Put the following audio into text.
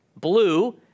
blue